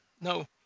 No